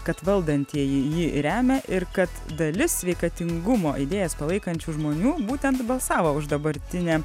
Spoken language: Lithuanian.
kad valdantieji jį remia ir kad dalis sveikatingumo idėjas palaikančių žmonių būtent balsavo už dabartinę